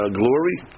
glory